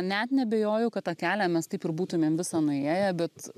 net neabejoju kad tą kelią mes taip ir būtumėm visą nuėję bet